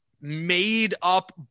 made-up